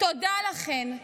תודה לכן.